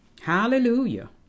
Hallelujah